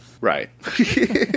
right